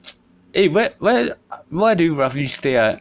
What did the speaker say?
eh whe~ where where do you roughly stay ah